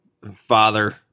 father